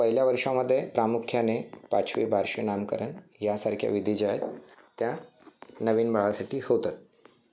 पहिल्या वर्षामध्ये प्रामुख्याने पाचवी बारसे नामकरण यासारख्या विधी ज्या आहेत त्या नवीन बाळासाठी होतात